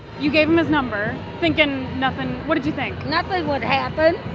you gave him his number thinking nothing. what did you think? nothing would happen.